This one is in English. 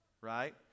Right